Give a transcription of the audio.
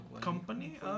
Company